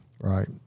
Right